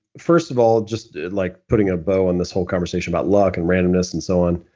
first of all, just like putting a bow on this whole conversation about luck and randomness and so on,